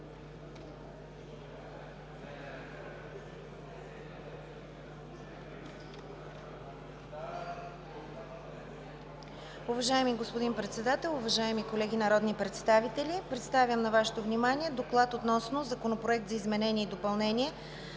Уважаеми господин Председател, уважаеми колеги народни представители! Представям на Вашето внимание: „ДОКЛАД относно Законопроект за изменение и допълнение